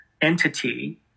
entity